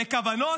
לכוונות,